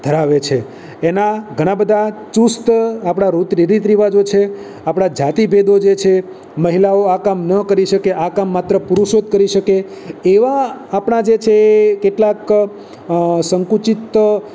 ધરાવે છે એના ઘણા બધા ચુસ્ત આપણાં રીતરીવાજો છે આપણા જાતિ ભેદો જે છે મહિલાઓ આ કામ ન કરી શકે આ કામ માત્ર પુરુષો જ કરી શકે એવા આપણાં જે છે એ કેટલાક સંકુચિત